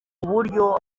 buryo